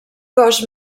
cos